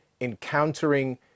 encountering